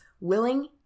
willing